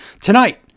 Tonight